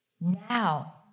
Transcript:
now